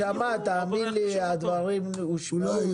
הוא שמע, האמן לי, הדברים הושמעו.